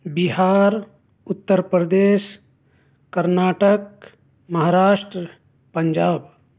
Bihar Uttar Pradesh Karnataka Maharashtra Punjab